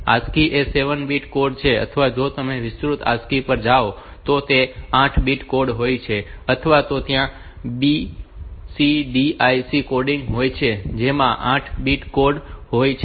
ASCII એ 7 bit code છે અથવા જો તમે વિસ્તૃત ASCII પર જાઓ તો તે 8 બીટ કોડ હોય છે અથવા તો ત્યાં EBCDIC કોડિંગ હોય છે જેમાં 8 બીટ કોડ હોય છે